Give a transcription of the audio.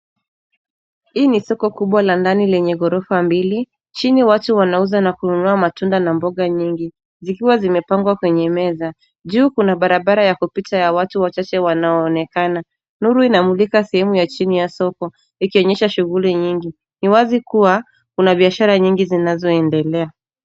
Hii ni soko kubwa la ndani lenye ghorofa mbili. Chini watu wanuza na kununua matunda na mboga nyingi zikiwa zimepangwa kwenye meza. Juu kuna barabara ya kupita ya watu wachache wanaonekana. Nuru inamulika sehemu ya chini ya soko ikionyesha shughuli nyingi. Ni wazi kuwa kuna biashara nyingi zinazoendelea.